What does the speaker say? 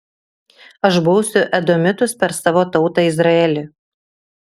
aš bausiu edomitus per savo tautą izraelį